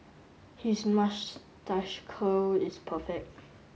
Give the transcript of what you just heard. his mustache curl is perfect